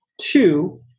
Two